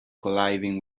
colliding